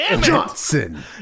Johnson